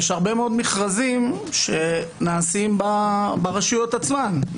יש הרבה מאוד מכרזים שנעשים ברשויות עצמן,